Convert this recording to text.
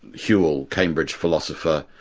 whewell, cambridge philosopher,